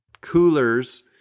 Coolers